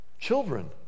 children